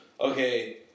okay